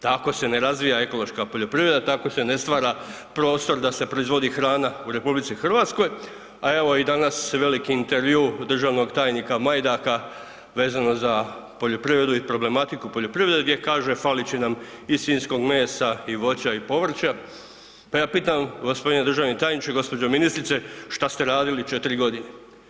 Tako se ne razvija ekološka poljoprivreda, tako se ne stvara prostor da se proizvodi hrana u RH a evo i danas je veliki intervju državnog tajnika Majdaka vezano za poljoprivredu i problematiku poljoprivrede, gdje kaže falit će nam i svinjskog mesa i voća i povrća pa ja pitam g. državni tajniče, gđo. ministrice, šta ste radili 4 godine?